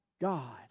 God